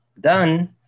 done